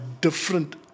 different